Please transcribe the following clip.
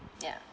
ya